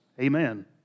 Amen